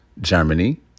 germany